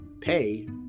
pay